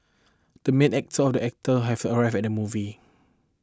the main actor of the actor have arrived at movie